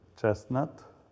chestnut